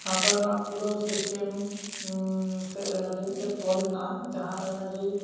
ᱥᱟᱶᱛᱟ ᱨᱮᱱᱟᱜ ᱯᱩᱨᱟᱹ ᱥᱤᱥᱴᱮᱢ ᱥᱮ ᱟᱹᱱ ᱟᱹᱨᱤ ᱛᱮ ᱛᱚᱞ ᱢᱮᱱᱟᱜᱼᱟ ᱡᱟᱦᱟᱸ ᱟᱹᱱ ᱟᱹᱨᱤ